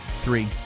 three